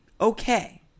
okay